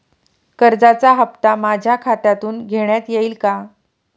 कर्जाचा हप्ता माझ्या खात्यातून घेण्यात येईल का?